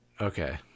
Okay